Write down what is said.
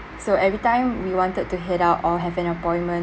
so everytime we wanted to head out or have an appointment